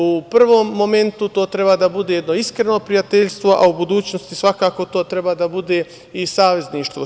U prvom momentu to treba da bude jedno iskreno prijateljstvo, a u budućnosti, svakako, to treba da bude i savezništvo.